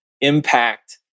impact